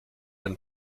ein